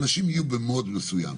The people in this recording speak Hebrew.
אנשים יהיו ב-mode מסוים.